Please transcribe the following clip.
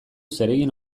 zeregin